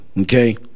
Okay